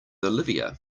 olivia